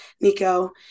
Nico